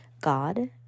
God